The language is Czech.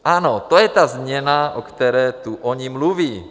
Ano, to je ta změna, o které tu oni mluví.